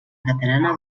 catalana